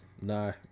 no